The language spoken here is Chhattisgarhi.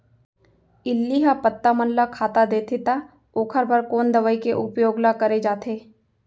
इल्ली ह पत्ता मन ला खाता देथे त ओखर बर कोन दवई के उपयोग ल करे जाथे?